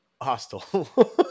Hostile